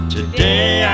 Today